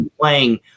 playing